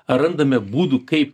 ar randame būdų kaip